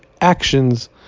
actions